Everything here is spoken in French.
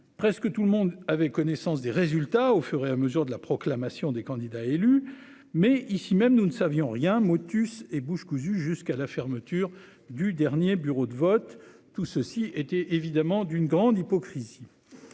Presque tout le monde avait connaissance des résultats au fur et à mesure de la proclamation des candidats élus mais ici même, nous ne savions rien motus et bouche cousue jusqu'à la fermeture du dernier bureau de vote. Tout ceci était évidemment d'une grande hypocrisie.